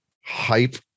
hype